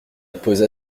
posa